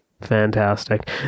fantastic